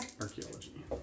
Archaeology